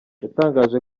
yatangaje